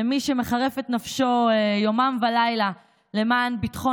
למי שמחרף את נפשו יומם ולילה למען ביטחון